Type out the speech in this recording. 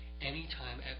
anytime